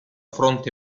fronte